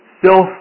self